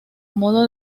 modo